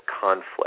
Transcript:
conflict